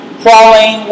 crawling